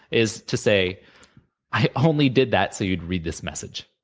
is to say i only did that, so you'd read this message.